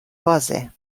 بازه